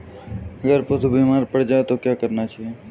अगर पशु बीमार पड़ जाय तो क्या करना चाहिए?